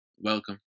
welcome